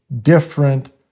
different